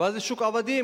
ואז זה שוק עבדים,